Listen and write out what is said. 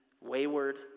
wayward